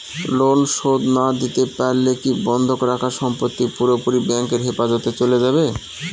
Loan শোধ না দিতে পারলে কি বন্ধক রাখা সম্পত্তি পুরোপুরি ব্যাংকের হেফাজতে চলে যাবে?